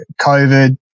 COVID